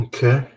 Okay